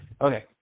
okay